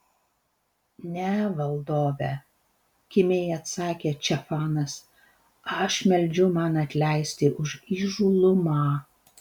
ne valdove kimiai atsakė če fanas aš meldžiu man atleisti už įžūlumą